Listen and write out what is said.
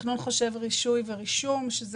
תכנון חושב רישוי ורישום אנחנו